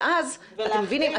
ואז, אתם מבינים?